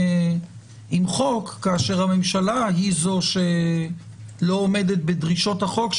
חוק כאשר הממשלה היא זו שלא עומדת בדרישות החוק,